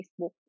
Facebook